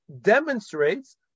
demonstrates